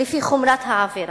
לפי חומרת העבירה,